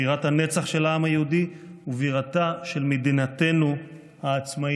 בירת הנצח של העם היהודי ובירתה של מדינתנו העצמאית.